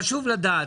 חשוב לדעת,